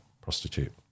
prostitute